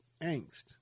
angst